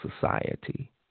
society